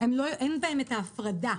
למחזר, אין בהן ההפרדה.